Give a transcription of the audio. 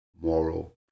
moral